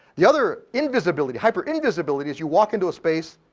the other invisibility, hyperinvisibility, is you walk into a space.